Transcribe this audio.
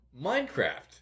Minecraft